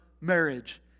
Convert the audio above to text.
marriage